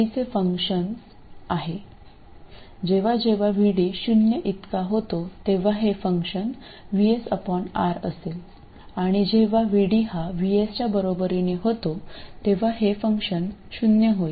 चे फंक्शन आहे जेव्हा जेव्हा VD शून्य इतका होतो तेव्हा हे फंक्शन VS R असेल आणि जेव्हा VD हा VS च्या बरोबरीने होतो तेव्हा हे फंक्शन शून्य होईल